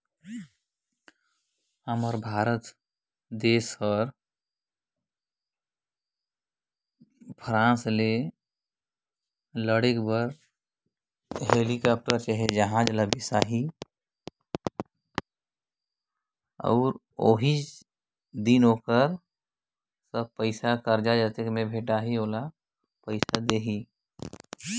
भारत देस ल फ्रांस ले लड़ाकू बिमान चाहिए रही ता ओहर ओही दिन ओकर सउदा करही